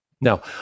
Now